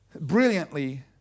brilliantly